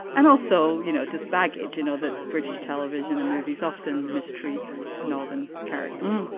and also, you know, just baggage. you know that british television and movies often mistreat northern characters.